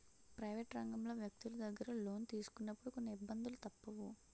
private రంగంలో వ్యక్తులు దగ్గర లోను తీసుకున్నప్పుడు కొన్ని ఇబ్బందులు తప్పవు